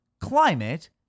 climate